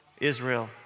Israel